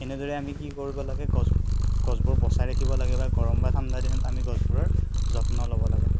এনেদৰে আমি কি কৰিব লাগে গছ গছবোৰ বচাই ৰাখিব লাগে বা গৰম বা ঠাণ্ডা দিনত আমি গছবোৰৰ যত্ন ল'ব লাগে